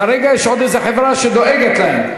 כרגע יש עוד איזו חברה שדואגת להם.